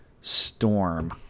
storm